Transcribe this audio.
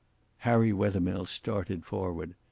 harry wethermill started forward.